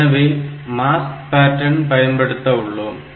எனவே mask pattern பயன்படுத்த உள்ளோம்